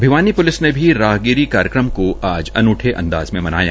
Bhiwani police ने भी राहगिरी कार्यक्रम को अनूठे अंदाज में मनाया